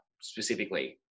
specifically